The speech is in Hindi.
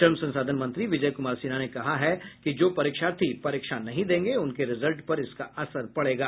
श्रम संसाधन मंत्री विजय कुमार सिन्हा ने कहा है कि जो परीक्षार्थी परीक्षा नहीं देंगे उनके रिजल्ट पर इसका असर पड़ेगा